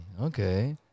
Okay